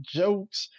jokes